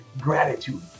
gratitude